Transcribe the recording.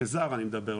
כזר אני מדבר,